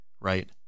Right